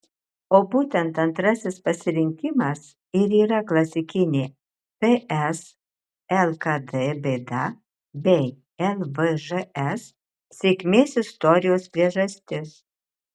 o būtent antrasis pasirinkimas ir yra klasikinė ts lkd bėda bei lvžs sėkmės istorijos priežastis